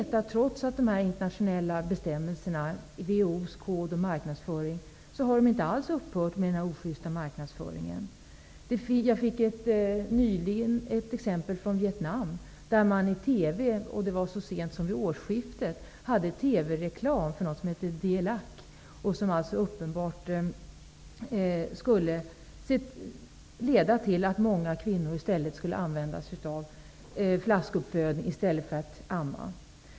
Trots dessa internationella bestämmelser och WHO:s kod om marknadsföring har dessa företag inte upphört med denna ojusta marknadsföring. Jag fick nyligen ett exempel från Vietnam där man i TV så sent som vid årsskiftet hade reklam för något som heter Dilac och som uppenbart skulle leda till att många kvinnor skulle använda sig av flaskuppfödning i stället för att amma.